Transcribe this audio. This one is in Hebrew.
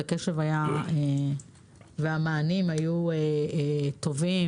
הקשר והמענים היו טובים